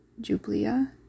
Jublia